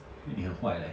你很坏 leh